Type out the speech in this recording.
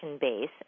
base